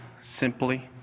simply